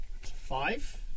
Five